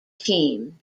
team